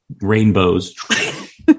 rainbows